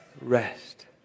Rest